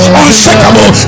unshakable